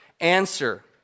Answer